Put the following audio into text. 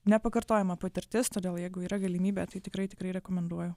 nepakartojama patirtis todėl jeigu yra galimybė tai tikrai tikrai rekomenduoju